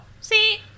See